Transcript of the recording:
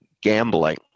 gambling